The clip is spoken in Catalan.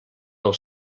del